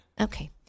okay